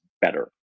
better